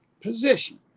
position